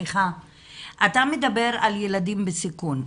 אתה מדבר על ילדים בסיכון.